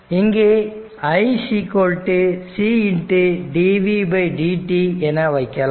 இங்கே i c dvdt என்ன வைக்கலாம்